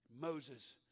Moses